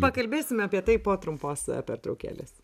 pakalbėsime apie tai po trumpos pertraukėlės